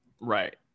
Right